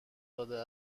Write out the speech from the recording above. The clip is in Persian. داده